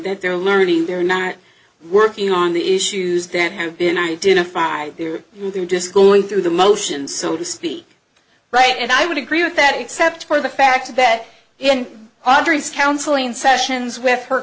that they're learning they're not working on the issues that have been identified they're just going through the motions so to speak right and i would agree with that except for the fact that in andris counseling sessions with her